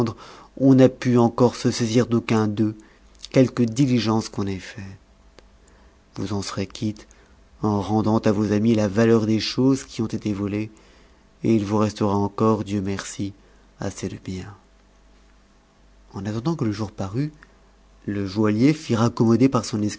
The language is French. on n'a pu encore se saisir d'aucun d'eux quelque diligence qu'on ait faite vous en serez quitte en rendant à vos amis la valeur des choses qui ont été votées et il vous restera encore dieu merci assez de bien en aettndant que le jour parût le joaillier fit raccommoder par son